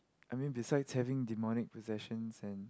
I mean besides having demonic possessions and